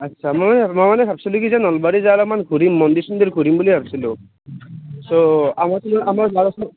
আচ্ছা মই মানে মই মানে ভাব্ছিলোঁ কি নলবাৰী যালে অলপ ঘূৰিম মন্দিৰ চন্দিৰ ঘূৰিম বুলি ভাবছিলোঁ ছ' আমাৰ ফালে আমাৰ